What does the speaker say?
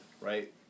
Right